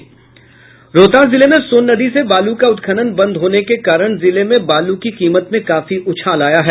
रोहतास जिले में सोन नदी से बालू का उत्खनन बंद होने के कारण जिले में बालू की कीमत में काफी उछाल आया है